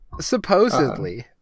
Supposedly